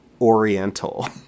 oriental